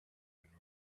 and